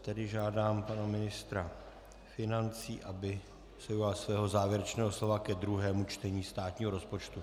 Tedy žádám pana ministra financí, aby se ujal svého závěrečného slova ke druhému čtení státního rozpočtu.